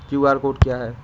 QR code क्या है?